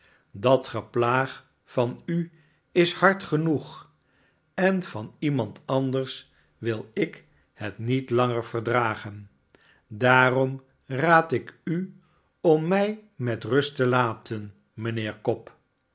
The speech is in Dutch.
dat geplaag van u is hard genoeg en van iemand anders wil ik het niet langer verdragen daarom raad ik u om mij met rust te laten mijnheer cobb